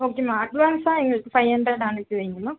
ஓகேம்மா அட்வான்ஸ்ஸாக எங்களுக்கு ஃபைவ் ஹண்ட்ரேட் அனுப்பி வைங்கம்மா